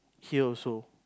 here also